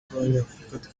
bw’abanyafurika